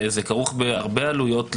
וזה כרוך בהרבה עלויות,